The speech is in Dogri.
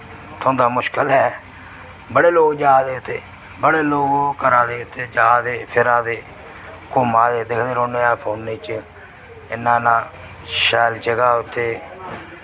थ्होंदा मुश्कल ऐ बड़े लोक जा दे उत्थै बड़े लोक ओह् करा दे उत्थै जा दे फिरा दे घुम्मा दे दिखदे रौह्ने अस फोने च इन्ना इन्ना शैल जगह उत्थै